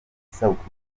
isabukuru